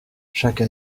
chaque